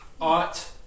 ought